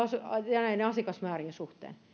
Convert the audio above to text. ja asiakasmäärien suhteen